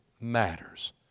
matters